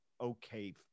okay